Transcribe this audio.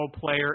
player